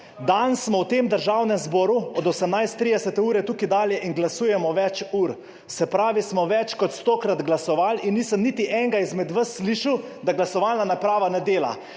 Danes smo v Državnem zboru od 18.30 dalje in glasujemo več ur, se pravi, smo več kot stokrat glasovali in nisem niti enega izmed vas slišal, da glasovalna naprava ne dela.